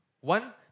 One